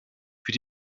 für